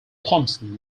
thomson